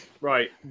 Right